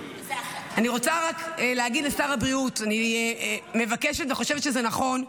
אני רוצה רק להגיד לשר הבריאות: אני מבקשת וחושבת שזה נכון,